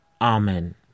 Amen